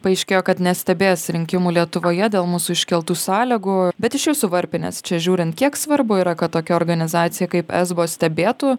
paaiškėjo kad nestebės rinkimų lietuvoje dėl mūsų iškeltų sąlygų bet iš jūsų varpinės čia žiūrint kiek svarbu yra kad tokia organizacija kaip esbo stebėtų